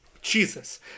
Jesus